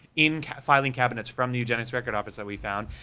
in filing cabinets from the eugenics record office that we found,